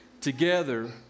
together